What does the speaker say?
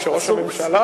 כשראש הממשלה